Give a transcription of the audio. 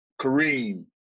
Kareem